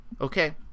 Okay